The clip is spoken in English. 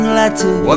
letters